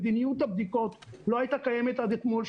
מדיניות הבדיקות לא הייתה קיימת עד אתמול,